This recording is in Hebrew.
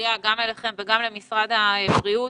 גם אליכם וגם למשרד הבריאות